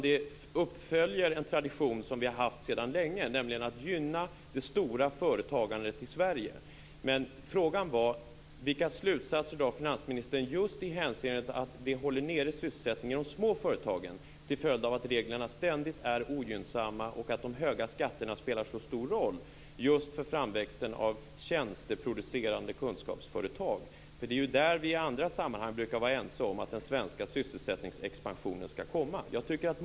Det följer en tradition som vi har haft sedan länge, nämligen att gynna de stora företagandet i Sverige. Frågan var: Vilka slutsatser drar finansministern just i det hänseendet att sysselsättningen i de små företagen hålls nere till följd av att reglerna ständigt är ogynnsamma och att de höga skatterna spelar så stor roll just för framväxten av tjänsteproducerande kunskapsföretag? Det är där vi i andra sammanhang brukar vara ense om att den svenska sysselsättningsexpansionen skall komma.